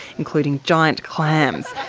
including giant clams,